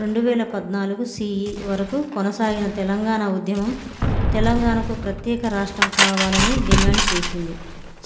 రెండు వేల పద్నాలుగు సిఈ వరకు కొనసాగిన తెలంగాణ ఉద్యమం తెలంగాణకు ప్రత్యేక రాష్ట్రం కావాలని డిమాండ్ చేసింది